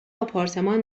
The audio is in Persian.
آپارتمان